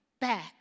back